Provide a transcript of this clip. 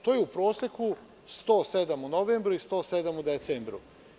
To je u proseku 107 u novembru i 107 u decembru.